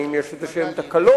האם יש איזשהן תקלות,